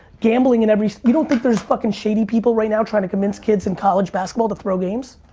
gambling in every, you don't think there's fucking shady people right now trying to convince kids in college basketball to throw games?